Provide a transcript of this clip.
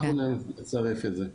אוקיי, אנחנו נצרף את זה.